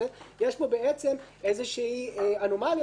יש פה אנומליה מסוימת.